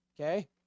okay